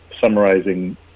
summarizing